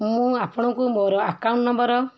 ମୁଁ ଆପଣଙ୍କୁ ମୋର ଆକାଉଣ୍ଟ ନମ୍ବର୍